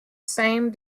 same